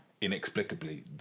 Inexplicably